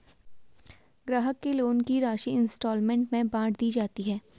ग्राहक के लोन की राशि इंस्टॉल्मेंट में बाँट दी जाती है